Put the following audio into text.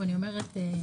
ואני אומרת,